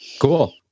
Cool